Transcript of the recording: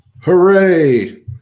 Hooray